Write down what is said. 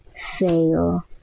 Fail